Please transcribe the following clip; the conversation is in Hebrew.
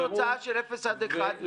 להביא את התוצאה של אפס עד אחד קילומטר,